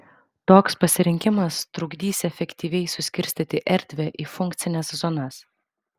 toks pasirinkimas trukdys efektyviai suskirstyti erdvę į funkcines zonas